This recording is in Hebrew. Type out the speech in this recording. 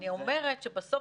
בסוף